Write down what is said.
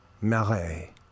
Marais